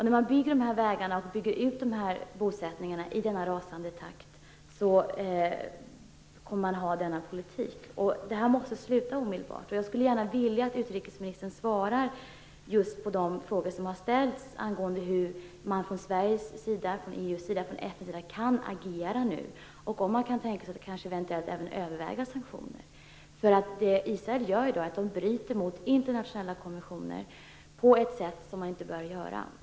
När man bygger vägar och bygger ut bosättningar i denna rasande takt kommer man att ha denna politik, och detta måste sluta omedelbart. Jag skulle gärna vilja att utrikesministern svarar på de frågor som har ställts angående just hur man från Sveriges, EU:s och FN:s sida kan agera nu och om man kan tänka sig att kanske eventuellt även överväga sanktioner. Det Israel gör i dag är att man bryter mot internationella konventioner på ett sätt som man inte bör göra.